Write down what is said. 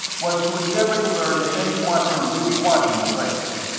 was to endeavour to learn if any one were really watching the place.